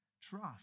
Trust